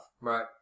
Right